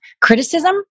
criticism